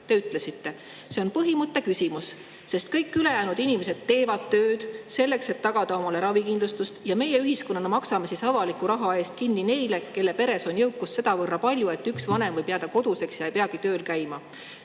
te ütlesite: "See on põhimõtte küsimus, sest kõik ülejäänud inimesed teevad tööd selleks, et tagada endale ravikindlustust, ja meie ühiskonnana maksame siis avaliku raha eest kinni neile, kelle peres on jõukust sedavõrra palju, et üks vanem võib jääda koduseks ja ei peagi tööl käima."